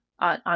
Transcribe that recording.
on